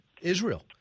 Israel